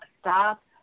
stop